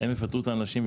הן יפטרו את האנשים,